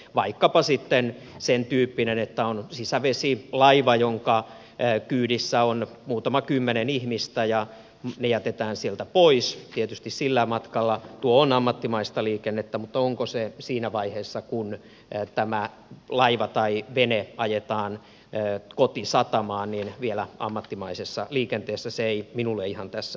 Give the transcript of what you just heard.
jos on vaikkapa sitten sen tyyppinen tilanne että on sisävesilaiva jonka kyydissä on muutama kymmenen ihmistä ja ne jätetään sieltä pois tietysti sillä matkalla tuo on ammattimaista liikennettä mutta onko se siinä vaiheessa kun tämä laiva tai vene ajetaan kotisatamaan vielä ammattimaisessa liikenteessä se ei minulle ihan tässä selvinnyt